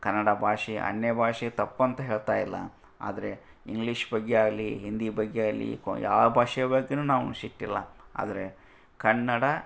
ಕನ್ನಡ ಭಾಷೆ ಅನ್ಯ ಭಾಷೆ ತಪ್ಪಂತ ಹೇಳ್ತಾ ಇಲ್ಲ ಆದರೆ ಇಂಗ್ಲೀಷ್ ಬಗ್ಗೆ ಆಗ್ಲಿ ಹಿಂದಿ ಬಗ್ಗೆ ಆಗ್ಲಿ ಕೊ ಯಾವ ಭಾಷೆ ಬಗ್ಗೆ ನಮ್ಗೆ ಸಿಟ್ಟಿಲ್ಲ ಆದರೆ ಕನ್ನಡ